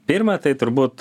pirma tai turbūt